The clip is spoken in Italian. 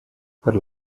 per